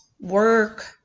work